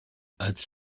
als